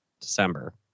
December